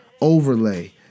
overlay